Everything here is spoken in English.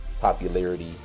popularity